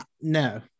no